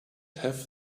have